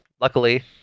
Luckily